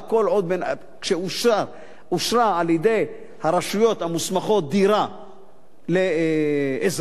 כשאושרה על-ידי הרשויות המוסמכות דירה לאזרח,